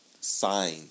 sign